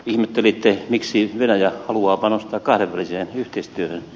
ihmettelitte miksi venäjä haluaa panostaa kahdenväliseen yhteistyöhön